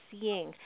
seeing